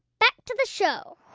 back to the show